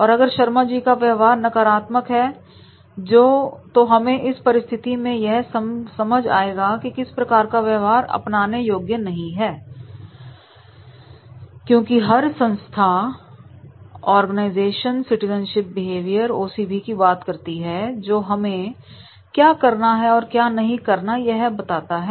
और अगर शर्मा जी का व्यवहार नकारात्मक है तो हमें एक परिस्थिति में यह समझ आएगा कि किस प्रकार का व्यवहार अपनाने योग्य नहीं है क्योंकि हर संस्था ऑर्गनाइजेशन सिटीजनशिप बिहेवियर ओसीबी की बात करती है जो हमें क्या करना है और क्या नहीं करना यह बताता है